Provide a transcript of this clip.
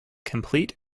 complete